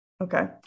okay